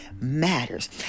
matters